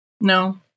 No